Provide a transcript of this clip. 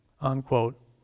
unquote